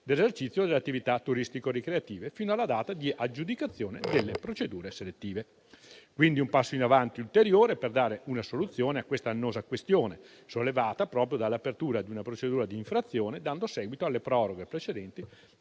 dell'esercizio delle attività turistico-ricreative, fino alla data di aggiudicazione delle procedure selettive. Si tratta di un passo in avanti ulteriore per dare una soluzione a questa annosa questione, sollevata proprio dall'apertura di una procedura di infrazione, dando seguito alle proroghe precedenti